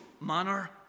manner